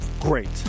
great